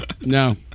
No